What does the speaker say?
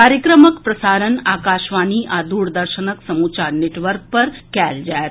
कार्यक्रमक प्रसारण आकाशवाणी आ द्रदर्शनक समूचा नेटवर्क पर कएल जाएत